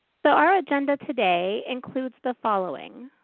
so our agenda today includes the following.